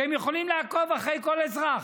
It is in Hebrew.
שיכולים לעקוב אחרי כל אזרח.